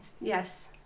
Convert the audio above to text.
Yes